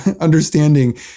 understanding